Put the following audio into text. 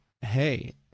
hey